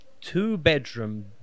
two-bedroom